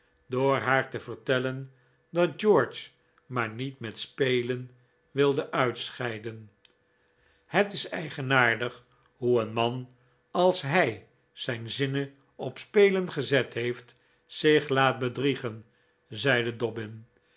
door haar te vertellen dat george maar niet met spelen wilde uitscheiden het is eigenaardig hoe een man als hij zijn zinnen op spelen gezet heeft zich laat bedriegen zeide dobbin